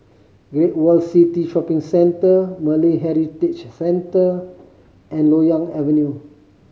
Great World City Shopping Centre Malay Heritage Centre and Loyang Avenue